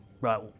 Right